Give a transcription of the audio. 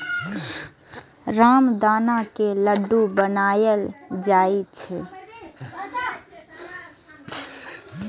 रामदाना के लड्डू बनाएल जाइ छै